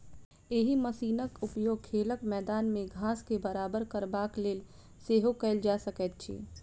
एहि मशीनक उपयोग खेलक मैदान मे घास के बराबर करबाक लेल सेहो कयल जा सकैत अछि